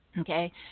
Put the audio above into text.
Okay